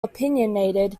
opinionated